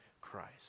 Christ